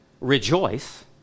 rejoice